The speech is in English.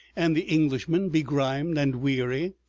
and the englishmen, begrimed and weary,